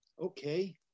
okay